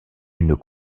une